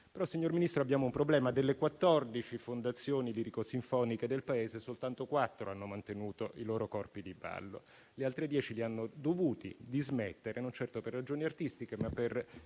signor Ministro, abbiamo un problema: delle 14 fondazioni lirico-sinfoniche del Paese, soltanto quattro hanno mantenuto i loro corpi di ballo; le altre dieci li hanno dovuti dismettere, e non certo per ragioni artistiche, ma per